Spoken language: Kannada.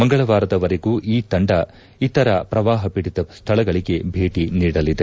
ಮಂಗಳವಾರದವರೆಗೂ ಈ ತಂಡ ಪ್ರವಾಹ ಪೀಡಿತ ಸ್ಥಳಗಳಿಗೆ ಭೇಟಿ ನೀಡಲಿದೆ